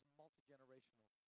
multi-generational